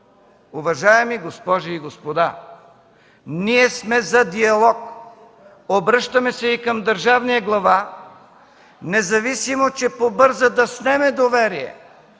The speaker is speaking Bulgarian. Уважаеми госпожи и господа, ние сме за диалог. Обръщаме се и към държавния глава, независимо че побърза да снеме доверие,